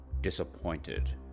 disappointed